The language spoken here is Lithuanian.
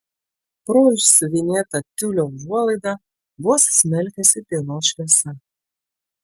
pro išsiuvinėtą tiulio užuolaidą vos smelkėsi dienos šviesa